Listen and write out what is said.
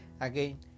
again